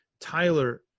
Tyler